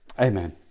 Amen